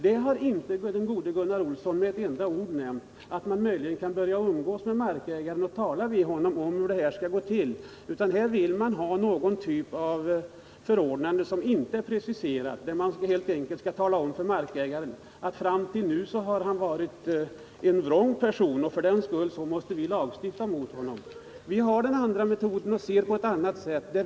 Men den gode Gunnar Olsson har inte med ett enda ord nämnt att man kan börja umgås med markägaren och tala med honom om hur röjningen skall gå till. Gunnar Olsson vill i stället ha någon typ av förordnande, som inte är preciserat, där man helt enkelt skall tala om för markägaren att han tills nu har varit en vrång person och att vi för den skull måste lagstifta mot honom. Vi ser saken på ett annat sätt och vill följa en annan metod.